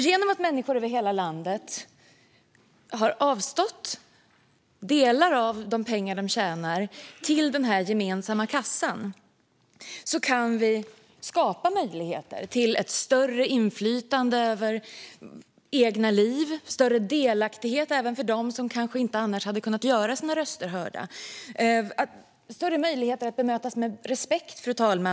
Genom att människor över hela landet har avstått delar av de pengar de tjänat till den gemensamma kassan kan vi skapa möjligheter till ett större inflytande över våra egna liv och till större delaktighet även för dem som kanske inte annars hade kunnat göra sina röster hörda. Det handlar om större möjligheter att bemötas med respekt, fru talman.